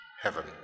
heaven